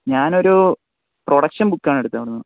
ഞാനൊരൂ production ബുക്കാണെടുത്തത് അവിടെ നിന്ന്